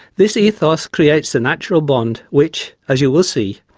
this ethos creates a natural bond which, as you will see,